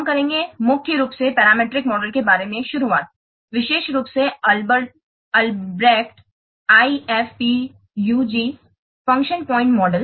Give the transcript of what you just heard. हम करेंगे मुख्य रूप से पैरामीट्रिक मॉडल के बारे में एक शुरुआत विशेष रूप से Albrecht IFPUG function point model